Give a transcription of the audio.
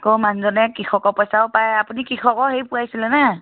আকৌ মানুহজনে কৃষকৰ পইচাও পাই আপুনি কৃষকৰ হেৰি পূৰাইছিলে নে